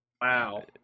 Wow